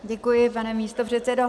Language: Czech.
Děkuji, pane místopředsedo.